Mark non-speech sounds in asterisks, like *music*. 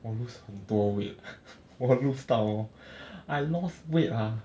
我 lose 很多 weight *laughs* 我 lose 到 hor *breath* I lost weight ah